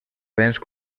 béns